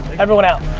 everyone out.